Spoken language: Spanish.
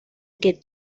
que